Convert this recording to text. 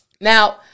Now